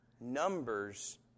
numbers